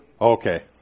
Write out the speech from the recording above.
Okay